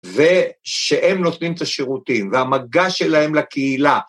ושהם נותנים את השירותים והמגע שלהם לקהילה.